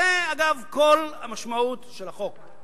זו, אגב, כל המשמעות של החוק.